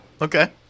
Okay